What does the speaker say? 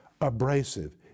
abrasive